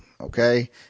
okay